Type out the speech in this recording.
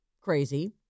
crazy